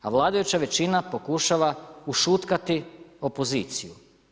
A vladajuća većina pokušava ušutkati opoziciju.